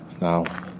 now